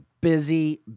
busy